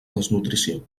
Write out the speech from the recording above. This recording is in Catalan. desnutrició